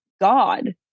God